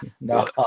No